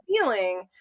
feeling